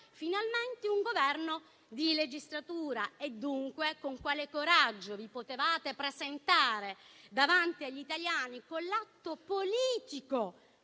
finalmente un Governo di legislatura. Dunque con quale coraggio vi potevate presentare davanti agli italiani, con l'atto politico